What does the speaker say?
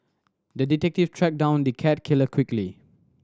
the detective tracked down the cat killer quickly